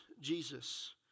Jesus